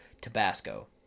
Tabasco